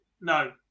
No